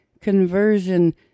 Conversion